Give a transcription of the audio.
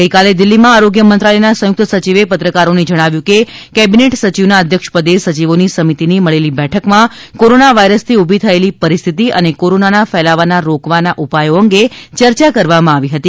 ગઈકાલે દિલ્હીમાં આરોગ્ય મંત્રાલયના સંયુક્ત સચિવે પત્રકારોને જણાવ્યું હતું કે કેબિનેટ સચિવના અધ્યક્ષ પદે સચિવોની સમિતિની મળેલી બેઠકમાં કોરોના વાયરસથી ઊભી થયેલી પરિસ્થિતિ અને કોરોનાના ફેલાવવાના રોકવાના ઉપાયો અંગે ચર્ચા કરવામાં આવી હતી